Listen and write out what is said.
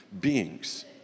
beings